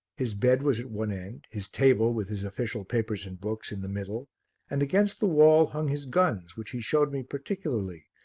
his bed was at one end, his table, with his official papers and books, in the middle and against the wall hung his guns which he showed me particularly,